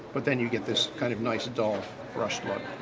but then you get this kind of nice dull brush look.